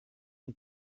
une